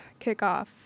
kickoff